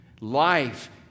life